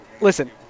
Listen